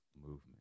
movement